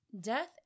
Death